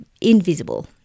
invisible